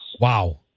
Wow